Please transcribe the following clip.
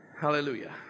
Hallelujah